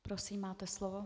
Prosím, máte slovo.